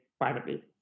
privately